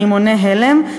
רימוני הלם,